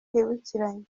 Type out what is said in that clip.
twibukiranye